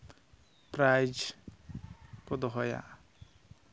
prize ᱠᱚ ᱫᱚᱦᱚᱭᱟ